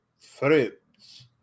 fruits